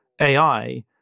AI